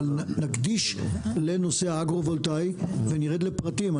אבל נקדיש לנושא האגרו-וולטאי ונרד לפרטים.